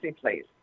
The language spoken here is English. please